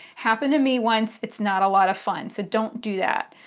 happened to me once. it's not a lot of fun so don't do that.